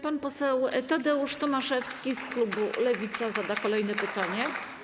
Pan poseł Tadeusz Tomaszewski z klubu Lewica zada kolejne pytanie.